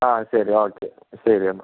ആ ശരി ഓക്കെ ശരി എന്നാൽ